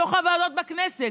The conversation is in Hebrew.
בתוך הוועדות בכנסת.